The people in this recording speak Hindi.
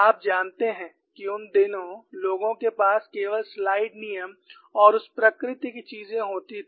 आप जानते हैं कि उन दिनों लोगों के पास केवल स्लाइड नियम और उस प्रकृति की चीजें होती थी